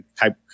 type